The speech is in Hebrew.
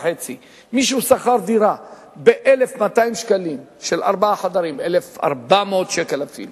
לשמוע, באמצעות ממשלותיה לדורותיהן, אפילו